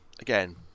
again